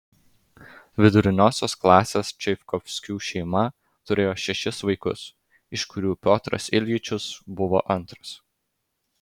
viduriniosios klasės čaikovskių šeima turėjo šešis vaikus iš kurių piotras iljičius buvo antras